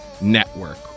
Network